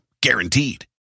guaranteed